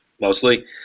mostly